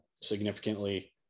significantly